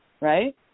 right